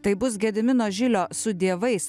tai bus gedimino žilio su dievais